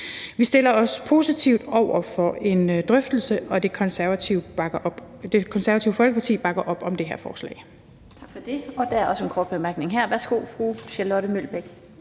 Vi stiller os positive over for en drøftelse, og Det Konservative Folkeparti bakker op om det her forslag.